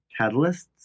catalysts